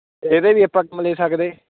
ਇਹਦੇ ਵੀ ਆਪਾਂ ਕੰਮ ਲੈ ਸਕਦੇ